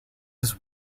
his